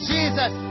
Jesus